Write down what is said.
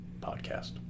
podcast